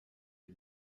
die